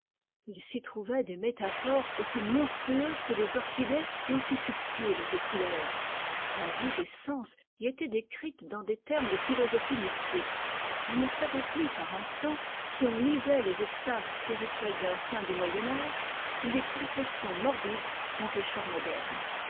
il s'y trouvait des métaphores aussi monstrueuses que des orchidées et aussi subtiles de couleurs la vie des sens y était décrite dans des termes de philosophie mystique on ne savait plus par instants si on lisait les extases spirituelles d'un saint du moyen âge ou les confessions morbides d'un pécheur moderne